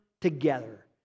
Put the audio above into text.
together